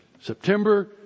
September